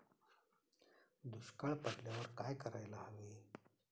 दुष्काळ पडल्यावर काय करायला हवे?